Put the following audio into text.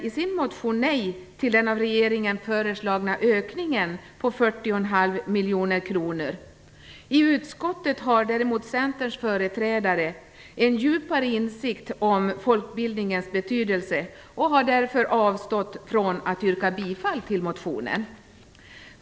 utskottet har däremot Centerns företrädare en djupare insikt om folkbildningens betydelse, och de har därför avstått från att yrka bifall till motionen.